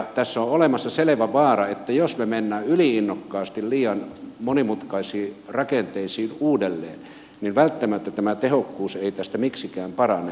tässä on olemassa selvä vaara että jos me menemme yli innokkaasti liian monimutkaisiin rakenteisiin uudelleen niin välttämättä tämä tehokkuus ei tästä miksikään parane